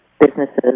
businesses